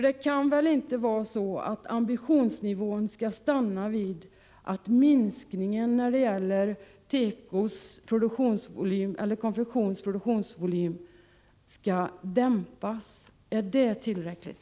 Det kan väl inte vara så att ambitionsnivån skall stanna vid att minskningen av tekos produktionseller konfektionsvolym skall dämpas? Är det tillräckligt?